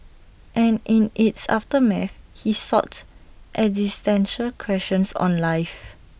and in its aftermath he sought existential questions on life